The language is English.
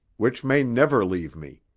which may never leave me.